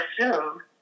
assume